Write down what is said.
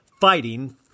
fighting